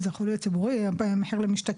זה יכול להיות ציבורי או מחיר למשתכן.